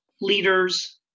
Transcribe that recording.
leaders